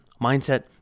mindset